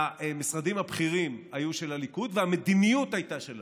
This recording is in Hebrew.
והמשרדים הבכירים היו של הליכוד והמדיניות הייתה של הליכוד.